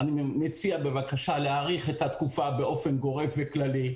אני מציע בבקשה להאריך את התקופה באופן גורף וכללי.